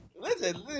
Listen